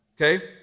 okay